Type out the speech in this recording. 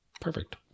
Perfect